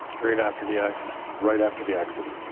right after the accident? right after the accident.